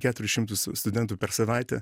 keturis šimtus studentų per savaitę